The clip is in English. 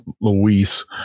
luis